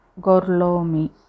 Gorlomi